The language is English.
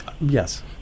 Yes